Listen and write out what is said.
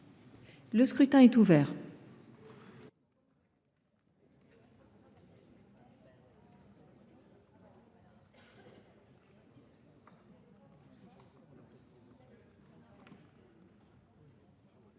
Le scrutin est ouvert.